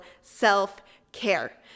self-care